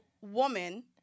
woman